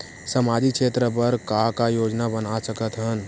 सामाजिक क्षेत्र बर का का योजना बना सकत हन?